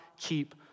keep